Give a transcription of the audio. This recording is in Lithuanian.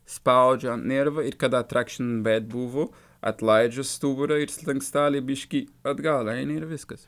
spaudžia nervą ir kada trakšt bet buvo atlaidžius stuburą ir slanksteliai biški atgal eina ir viskas